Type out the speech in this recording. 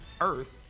earth